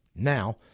Now